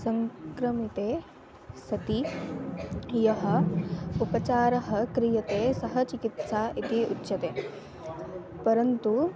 सङ्क्रामिते सति यः उपचारः क्रियते सः चिकित्सा इति उच्यते परन्तु